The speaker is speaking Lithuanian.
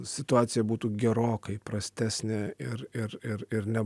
situacija būtų gerokai prastesnė ir ir ir ir net